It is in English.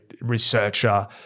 researcher